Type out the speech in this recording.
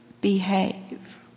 behave